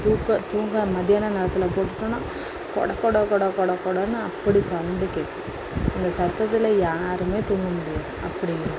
தூக்க தூங்க மத்தியான நேரத்தில் போட்டுட்டோம்ன்னால் கொட கொட கொட கொட கொடனு அப்படி சவுண்டு கேட்கும் இந்த சத்தத்தில் யாருமே தூங்க முடியாது அப்படி